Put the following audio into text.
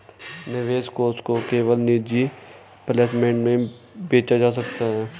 निवेश कोष को केवल निजी प्लेसमेंट में बेचा जा सकता है